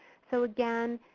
so again,